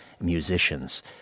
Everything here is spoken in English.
musicians